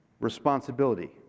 responsibility